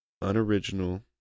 unoriginal